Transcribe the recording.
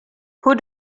who